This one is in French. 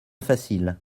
facile